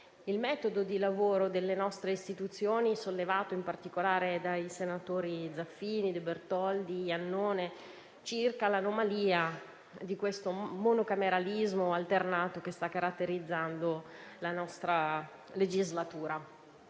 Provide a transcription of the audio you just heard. sul metodo di lavoro delle nostre istituzioni, sollevate in particolare dai senatori Zaffini, De Bertoldi e Iannone circa l'anomalia del monocameralismo alternato che sta caratterizzando la nostra legislatura.